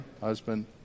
husband